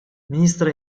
министра